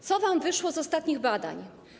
Co wam wyszło z ostatnich badań?